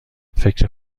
فکر